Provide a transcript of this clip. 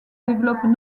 développent